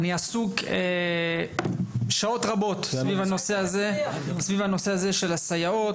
אני עסוק שעות רבות סביב הנושא הזה של הסייעות.